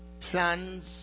plans